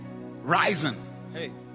rising